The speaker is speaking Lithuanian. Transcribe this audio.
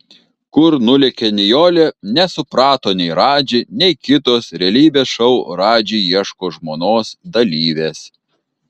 kur nulėkė nijolė nesuprato nei radži nei kitos realybės šou radži ieško žmonos dalyvės